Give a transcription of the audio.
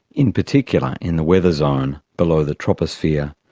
in particular in the weather zone below the troposphere.